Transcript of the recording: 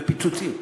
בפיצוצים,